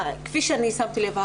כפי ששמתי לב,